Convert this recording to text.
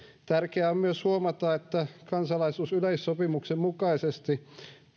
tärkeää on myös huomata että kansalaisuusyleissopimuksen mukaisesti